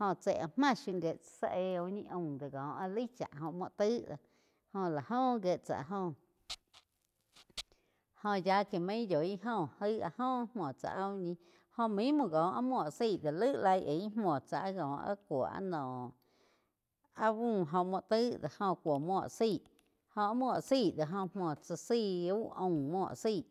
óh tsai áh máh shiu gie tsá zá éh uh ñii aum có áh laig cha óh muo taig do joh lá óh gié tsá áh óh óh ya que main yoig óh gaí áh óh múo tsá áh úh ñih jóh mismo có áh múo zaí do laig laí aí múo tsá áh có áh cúo áh noh áh búh óh múo taig do joh kúo múo zaí jóh áh múo zaí do joh múo tsá zaí úh aum muo zaí.